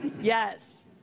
Yes